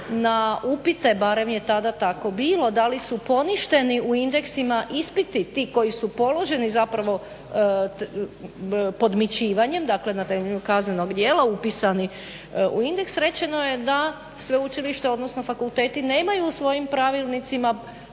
na upite barem je tada tako bilo da li su poništeni u indeksima ispiti ti koji su položeni zapravo podmićivanjem, dakle na temelju kaznenog djela upisanih u Indeks rečeno je da sveučilište odnosno fakulteti nemaju u svojim pravilnicima